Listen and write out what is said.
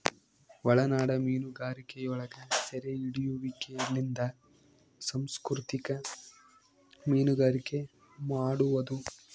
ಒಳನಾಡ ಮೀನುಗಾರಿಕೆಯೊಳಗ ಸೆರೆಹಿಡಿಯುವಿಕೆಲಿಂದ ಸಂಸ್ಕೃತಿಕ ಮೀನುಗಾರಿಕೆ ಮಾಡುವದು